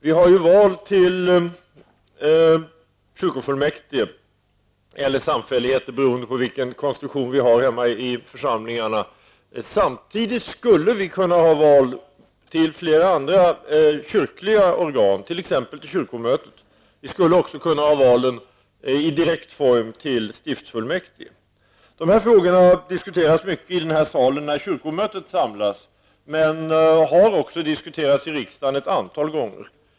När vi har val till kyrkofullmäktige -- eller samfällighet, beroende på vilken konstruktion som finns hemma i församlingarna -- skulle vi samtidigt kunna ha val till flera andra kyrkliga organ, t.ex. kyrkomötet, och också val i direkt form till stiftsfullmäktige. Dessa frågor har diskuterats mycket i denna sal när kyrkomötet samlats, men har också diskuterats i riksdagen ett antal gånger.